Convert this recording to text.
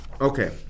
Okay